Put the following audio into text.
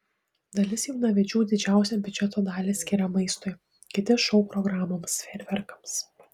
dalis jaunavedžių didžiausią biudžeto dalį skiria maistui kiti šou programoms fejerverkams